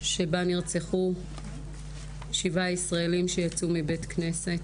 שבה נרצחו שבעה ישראלים שיצאו מבית כנסת